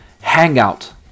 hangout